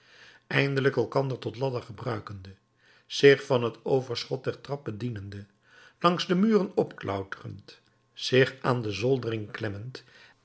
eindelijk elkander tot ladder gebruikende zich van t overschot der trap bedienende langs de muren opklauterend zich aan de zoldering